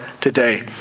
today